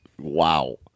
Wow